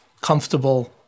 comfortable